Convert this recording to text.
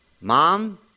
Mom